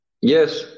Yes